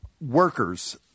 workers